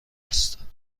است